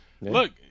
Look